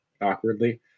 awkwardly